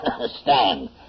Stand